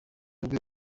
bwe